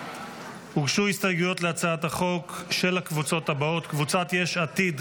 הוגשו הסתייגויות להצעת החוק של הקבוצות הבאות: קבוצת סיעת יש עתיד,